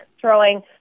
throwing